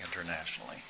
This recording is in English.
internationally